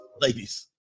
Ladies